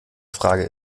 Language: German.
frage